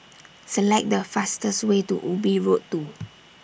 Select The fastest Way to Ubi Road two